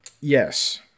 Yes